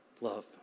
Love